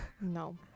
No